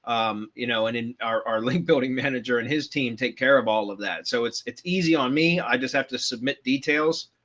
um you know, and in our our link building manager and his team take care of all of that. so it's it's easy on me, i just have to submit details.